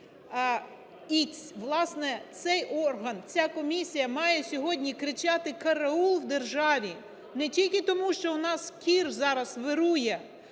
цей орган, ця комісія має сьогодні кричати "караул!" в державі не тільки тому, що в нас кір зараз вирує,